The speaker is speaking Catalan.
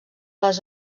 les